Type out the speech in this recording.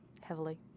heavily